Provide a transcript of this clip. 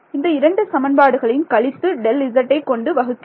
இந்த இரண்டு சமன்பாடுகளையும் கழித்து Δz ஐ கொண்டு வகுக்கிறோம்